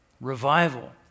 Revival